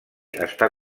està